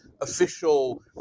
official